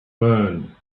burn